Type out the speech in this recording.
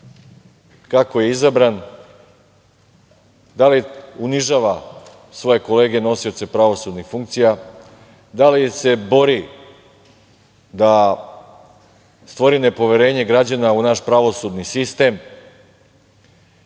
kako je izabran, da li unižava svoje kolege, nosioce pravosudnih funkcije, da li se bori da stvori nepoverenje građana u naš pravosudni sistem